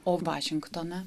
o vašingtone